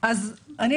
הוא